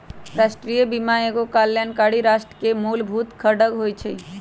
राष्ट्रीय बीमा एगो कल्याणकारी राष्ट्र के मूलभूत अङग होइ छइ